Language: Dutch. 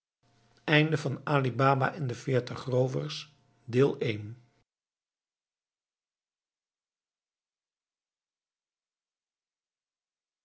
ali baba en de veertig roovers